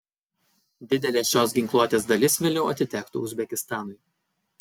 didelė šios ginkluotės dalis vėliau atitektų uzbekistanui